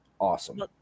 awesome